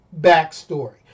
backstory